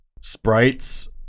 sprites